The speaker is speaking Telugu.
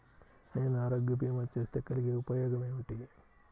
నేను ఆరోగ్య భీమా చేస్తే కలిగే ఉపయోగమేమిటీ?